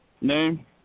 name